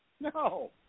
No